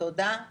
הצבעה בעד,